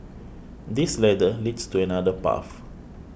this ladder leads to another path